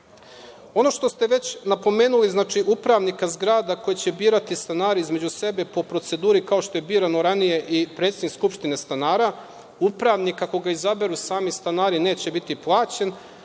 što ste već napomenuli, upravnika zgrada koji će birati stanari između sebe po proceduri kao što je birano ranije i predsednik skupštine stanara, upravnika koga izaberu sami stanari neće biti plaćen,